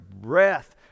breath